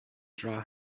draw